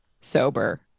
sober